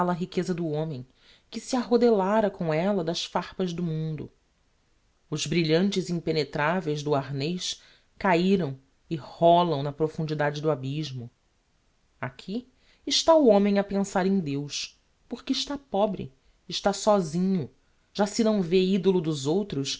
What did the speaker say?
riqueza do homem que se arrodelára com ella das farpas do mundo os brilhantes impenetraveis do arnez cahiram e rolam na profundidade do abysmo aqui está o homem a pensar em deus porque está pobre está sósinho já se não vê idolo dos outros